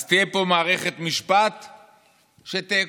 אז תהיה פה מערכת משפט שתאכוף?